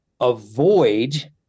avoid